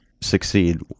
succeed